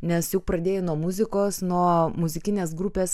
nes juk pradėjai nuo muzikos nuo muzikinės grupės